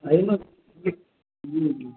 एहिमे जी जी